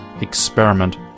experiment